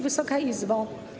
Wysoka Izbo!